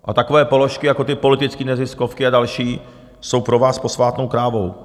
A takové položky jako ty politické neziskovky a další jsou pro vás posvátnou krávou.